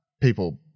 people